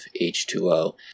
H2O